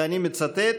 ואני מצטט: